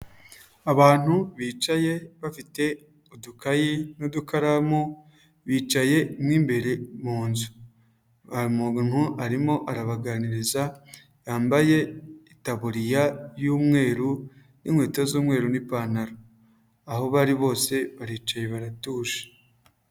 Abantu bicaye bafite udukayi n'udukaramu bicaye mw'imbere mu nzu umuntu arimo arabaganiriza yambaye itaburiya y'umweru n'inkweto z'umweru n'ipantaro aho bari bose baricaye baratuje.